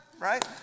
right